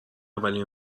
اولین